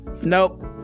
Nope